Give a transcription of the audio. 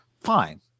Fine